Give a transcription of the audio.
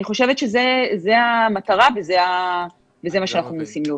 אני חושבת שזו המטרה, וזה מה שאנחנו מנסים להוביל.